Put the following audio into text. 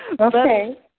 Okay